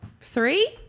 Three